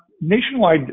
Nationwide